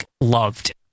loved